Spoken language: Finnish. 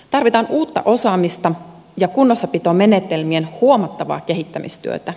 tarvitaan uutta osaamista ja kunnossapitomenetelmien huomattavaa kehittämistyötä